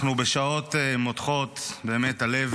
אנחנו בשעות מותחות, באמת ללב